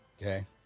Okay